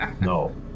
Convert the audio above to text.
No